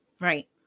Right